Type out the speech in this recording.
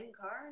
card